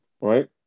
Right